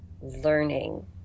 learning